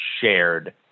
shared